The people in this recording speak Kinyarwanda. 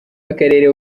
w’akarere